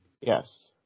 Yes